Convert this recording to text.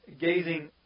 gazing